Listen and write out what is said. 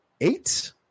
eight